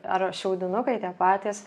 ar šiaudinukai tie patys